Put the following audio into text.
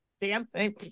dancing